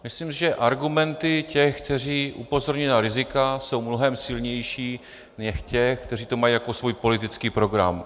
Myslím, že argumenty těch, kteří upozorňují na rizika, jsou mnohem silnější než těch, kteří to mají jako svůj politický program.